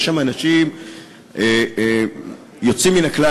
יש שם אנשים יוצאים מן הכלל,